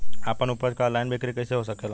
आपन उपज क ऑनलाइन बिक्री कइसे हो सकेला?